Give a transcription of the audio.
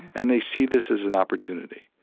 and they see this as an opportunity.